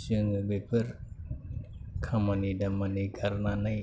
जोङो बेफोर खामानि दामानि गारनानै